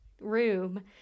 room